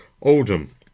Oldham